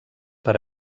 per